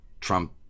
Trump